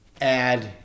Add